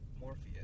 Morpheus